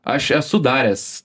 aš esu daręs